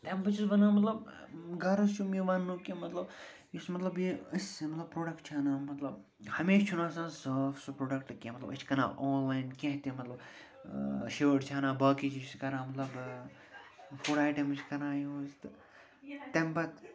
تَمہِ چھُس وَنان مطلب غرض چھُم یہِ وَنٛنُک کہِ مطلب یُس مطلب یہِ أسۍ مطلب پرٛوڈکٹ چھِ اَنان مطلب ہمشہٕ چھُنہٕ آسان صاف سُہ پرٛوڈکٹ کیٚنٛہہ مطلب أسۍ چھِ کران آنلایَن کیٚنٛہہ تہِ مطلب شٲٹ چھِ اَنان باقی چیٖز چھِ کَران مطلب فُڈ ایٹَمٕز چھِ کَران یوٗز تہٕ تَمہِ پتہٕ